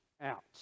out